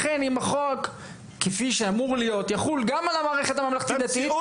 אכן אם החוק כפי שאמור להיות יחול גם על המערכת הממלכתית-דתית,